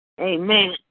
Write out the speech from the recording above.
Amen